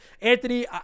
Anthony